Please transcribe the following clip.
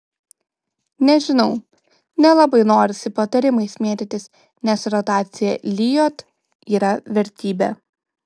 nežinau nelabai norisi patarimais mėtytis nes rotacija lijot yra vertybė